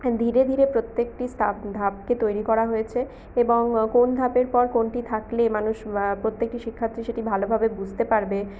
ধীরে ধীরে প্রত্যেকটি স্তাপ ধাপকে তৈরি করা হয়েছে এবং কোন ধাপের পর কোনটি থাকলে মানুষ প্রত্যেকটি শিক্ষার্থী সেটি ভালোভাবে বুঝতে পারবে